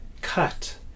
cut